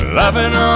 loving